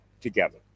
together